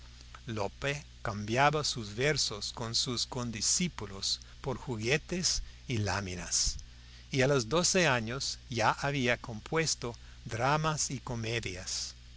lope cambiaba sus versos con sus condiscípulos por juguetes y láminas y a los doce años ya había compuesto dramas y comedias